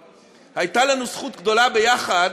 דודי, הייתה לנו זכות גדולה ביחד,